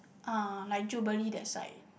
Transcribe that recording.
uh like Jubilee that side